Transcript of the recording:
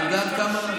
את יודעת כמה,